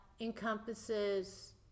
encompasses